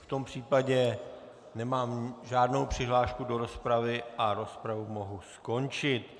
V tom případě nemám žádnou přihlášku do rozpravy a rozpravu mohu skončit.